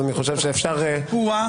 אז אני חושב שאפשר --- אוואטר,